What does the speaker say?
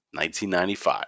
1995